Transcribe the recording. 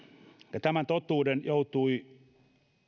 tämän totuuden joutui